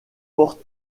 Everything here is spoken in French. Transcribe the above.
porte